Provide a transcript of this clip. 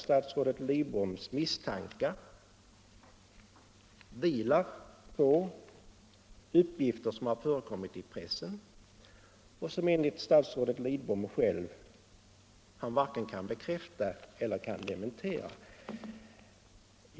Statsrådet Lidboms misstankar vilar på upp gifter som har förekommit i pressen och som han, enligt vad han själv säger, varken kan bekräfta eller dementera.